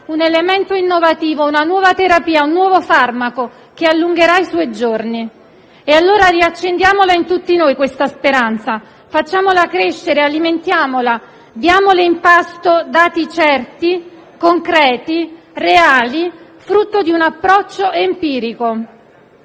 un elemento innovativo, una nuova terapia, un nuovo farmaco che allungherà i suoi giorni. E allora riaccendiamola in tutti noi questa speranza; facciamola crescere, alimentiamola, diamole in pasto dati certi, concreti, reali, frutto di un approccio empirico.